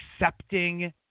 accepting